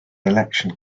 election